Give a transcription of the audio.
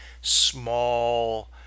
small